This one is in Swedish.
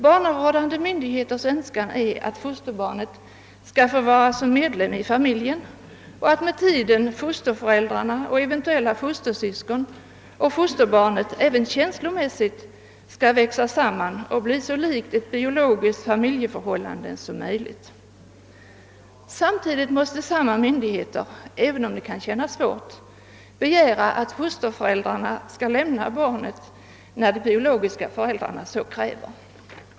Barnavårdande myndigheters önskan är att fosterbarnet skall få vara som medlem i familjen och att med tiden fosterföräldrarna — samt eventuella fostersyskon — och fosterbarnet även känslomässigt skall växa samman, så att det hela blir så likt ett biologiskt familjeförhållande som möjligt. Samtidigt måste samma myndigheter, även om det kan kännas svårt, begära att fosterföräldrarna skall lämna tillbaka barnet, när de biologiska föräldrarna så kräver.